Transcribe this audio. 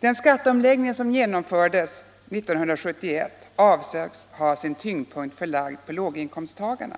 Den skatteomläggning som genomfördes 1971 avsågs ha sin tyngdpunkt förlagd på låginkomsttagarna.